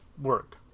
work